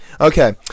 Okay